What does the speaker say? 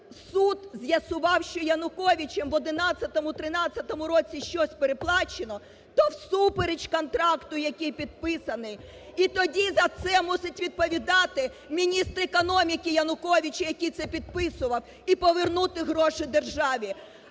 суд з'ясував, що Януковичем в 2011-2013 році щось переплачено, - то всупереч контракту, який підписаний! І тоді за це мусить відповідати міністр економіки Януковича, який це підписував і повернути гроші державі!